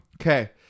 Okay